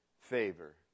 favor